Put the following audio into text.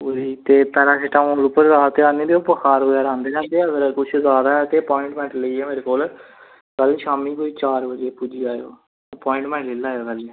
ते पैरासिटामोल बुखार पर ऐ ते अगर जादै न ते मेरे कोल अप्वाईनमेंट लेइयै कल्ल शामीं कोई चार बजे पुज्जी जायो अप्वाईनमेंट लेई लैयो खाल्ली